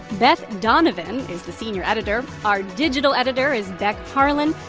beth donovan is the senior editor. our digital editor is beck harlan.